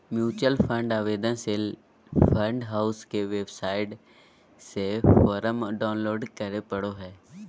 mutual fund आवेदन ले fund house के वेबसाइट से फोरम डाऊनलोड करें परो हय